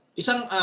isang